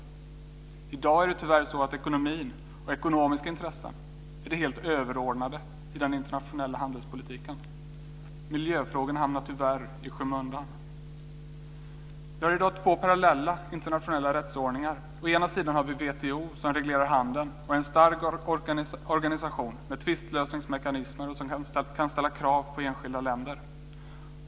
I dag är det tyvärr så att ekonomi och ekonomiska intressen är helt överordnade i den internationella handelspolitiken. Miljöfrågorna hamnar tyvärr i skymundan. Vi har i dag två parallella internationella rättsordningar. Å ena sidan har vi WTO, som reglerar handeln, som är en stark organisation med tvistlösningsmekanismer och som kan ställa krav på enskilda länder.